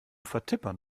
vertippern